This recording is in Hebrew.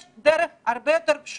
יש דרך הרבה יותר פשוטה